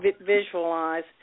visualize